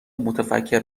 متفکر